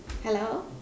hello